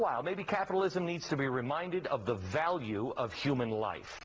while maybe capitalism needs to be reminded of the value of human life